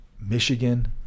Michigan